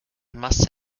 massa